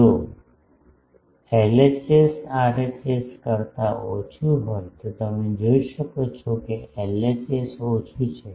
જો LHS RHS કરતા ઓછું હોય તો તમે જોઈ શકો છો કે એલએચએસ ઓછું છે